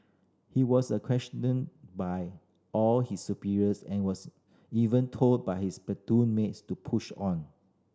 he was a questioned by all his superiors and was even told by his platoon mates to push on